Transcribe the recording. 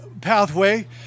pathway